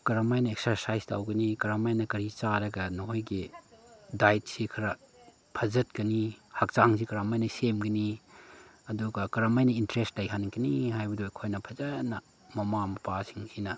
ꯀꯔꯝ ꯍꯥꯏꯅ ꯑꯦꯛꯁꯔꯁꯥꯏꯁ ꯇꯧꯒꯅꯤ ꯀꯔꯝ ꯍꯥꯏꯅ ꯀꯔꯤ ꯆꯥꯔꯒ ꯅꯈꯣꯏꯒꯤ ꯗꯥꯏꯠꯁꯤ ꯈꯔ ꯐꯒꯠꯀꯅꯤ ꯍꯛꯆꯥꯡꯁꯤ ꯀꯔꯝ ꯍꯥꯏꯅ ꯁꯦꯝꯒꯅꯤ ꯑꯗꯨꯒ ꯀꯔꯝ ꯍꯥꯏꯅ ꯏꯟꯇꯔꯦꯁ ꯂꯩꯍꯟꯒꯅꯤ ꯍꯥꯏꯕꯗꯣ ꯑꯩꯈꯣꯏꯅ ꯐꯖꯅ ꯃꯃꯥ ꯃꯄꯥꯁꯤꯡꯁꯤꯅ